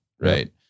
Right